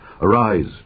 Arise